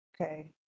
Okay